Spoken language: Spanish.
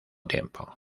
tiempo